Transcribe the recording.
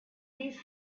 these